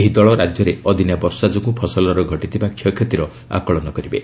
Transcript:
ଏହି ଦଳ ରାଜ୍ୟରେ ଅଦିନିଆ ବର୍ଷା ଯୋଗୁଁ ଫସଲର ଘଟିଥିବା କ୍ଷୟକ୍ଷତିର ଆକଳନ କରିବେ